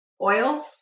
oils